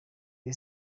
the